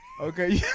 Okay